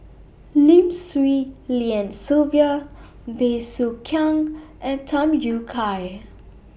Lim Swee Lian Sylvia Bey Soo Khiang and Tham Yui Kai